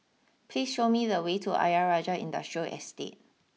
please show me the way to Ayer Rajah Industrial Estate